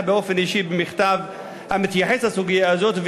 באופן אישי במכתב המתייחס לסוגיה הזאת,